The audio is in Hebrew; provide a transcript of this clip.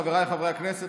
חבריי חברי הכנסת,